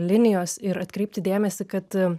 linijos ir atkreipti dėmesį kad